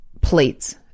plates